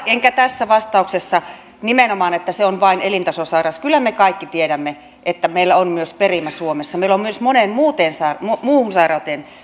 enkä tässä vastauksessa että se on nimenomaan vain elinta sosairaus kyllä me kaikki tiedämme että meillä on myös perimä suomessa meillä on myös moneen muuhun sairauteen